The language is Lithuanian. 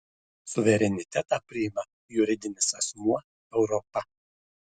suverenitetą priima juridinis asmuo europa